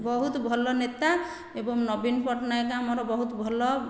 ବହୁତ ଭଲ ନେତା ଏବଂ ନବୀନ ପଟ୍ଟନାୟକ ଆମର ବହୁତ ଭଲ